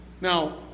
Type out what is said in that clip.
Now